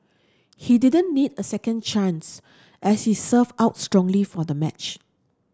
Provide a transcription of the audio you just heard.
he didn't need a second chance as he served out strongly for the match